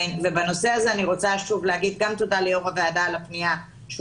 בנושא הזה אני רוצה שוב לומר גם תודה ליושב ראש הוועדה על הפנייה שהוא